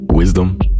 Wisdom